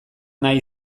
nahi